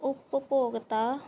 ਉਪਭੋਗਤਾ